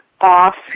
off